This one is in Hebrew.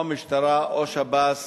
או המשטרה או שב"ס